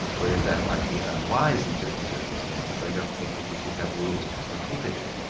whereas that might be unwise in certain circumstances, i don't think that we should have rules to prohibit it.